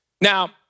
Now